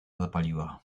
zapaliła